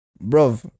bro